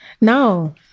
No